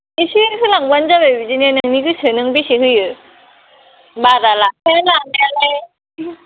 इसे होलांबानो जाबाय बिदिनो नोंनि गोसो नों बेसे होयो बारा लाखाया लानायालाय